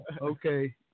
Okay